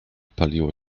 paliło